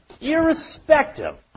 irrespective